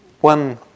One